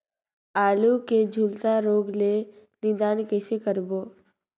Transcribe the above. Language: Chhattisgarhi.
आलू के झुलसा रोग ले निदान कइसे करबो?